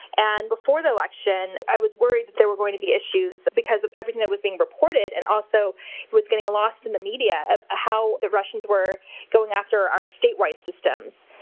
and before the election i was worried that there were going to be issues because of everything that was being reported, and also was getting lost in the media, how the russians were going after our statewide systems.